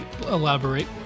Elaborate